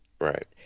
right